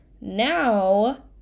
now